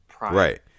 Right